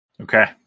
Okay